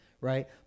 right